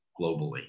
globally